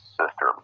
sister